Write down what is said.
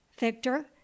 Victor